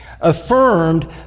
affirmed